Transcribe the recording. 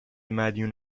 مدیون